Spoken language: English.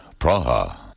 Praha